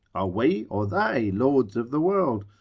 are we or they lords of the world?